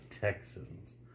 Texans